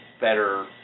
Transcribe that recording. better